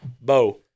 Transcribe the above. Bo